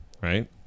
right